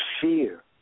fear